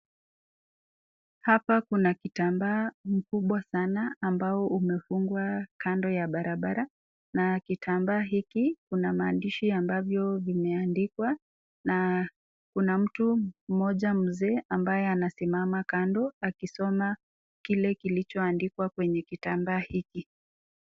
Hapa kuna kitambaa kikubwa sana ambao umefungwa kando ya barabara na kitambaa hiki kuna maandishi ambavyo vimeandikwa na kuna mtu mmoja mzee ambaye anasimama kando akisoma kile kilichoandikwa kwenye kitambaa hiki.